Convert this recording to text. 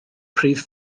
prif